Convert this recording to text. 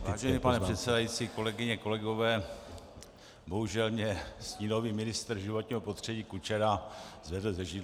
Vážený pane předsedající, kolegyně, kolegové, bohužel mě stínový ministr životního prostředí Kučera zvedl ze židle.